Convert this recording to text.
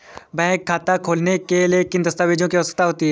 Bank खाता खोलने के लिए किन दस्तावेजों की आवश्यकता होती है?